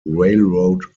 railroad